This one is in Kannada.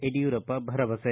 ಯಡಿಯೂರಪ್ಪ ಭರವಸೆ